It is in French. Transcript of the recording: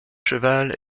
cheval